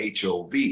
HOV